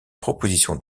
proposition